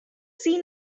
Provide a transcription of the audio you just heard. see